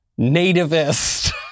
nativist